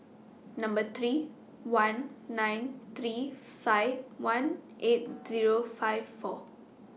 Number three one nine three five one eight Zero five four